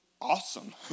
awesome